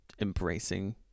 embracing